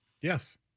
Yes